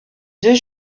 deux